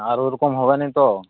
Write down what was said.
আর ওরকম হবে না তো